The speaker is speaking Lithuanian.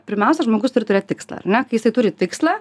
pirmiausia žmogus turi turėt tikslą ar ne kai jisai turi tikslą